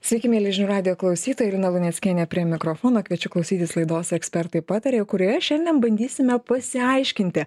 sveiki mieli žinių radijo klausytojai lina luneckienė prie mikrofono kviečiu klausytis laidos ekspertai pataria kurioje šiandien bandysime pasiaiškinti